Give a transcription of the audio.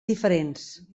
diferents